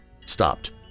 stopped